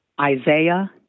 Isaiah